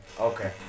okay